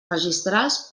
registrals